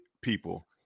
people